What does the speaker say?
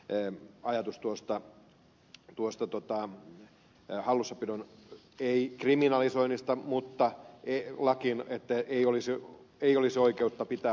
lauslahden ajatus tuosta hallussapidon kiellosta ei kriminalisoinnista mutta kohdasta lakiin että ei olisi oikeutta pitää hallussa